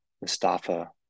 Mustafa